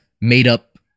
made-up